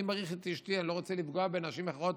אני מעריך את אשתי, אני לא רוצה לפגוע בנשים אחרות